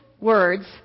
words